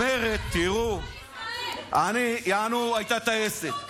יעני הייתה טייסת,